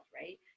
right